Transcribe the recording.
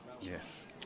Yes